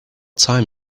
time